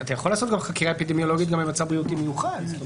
אתה יכול לעשות חקירה אפידמיולוגית במצב בריאותי מיוחד.